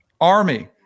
Army